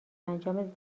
انجام